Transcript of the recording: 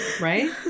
right